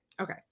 Okay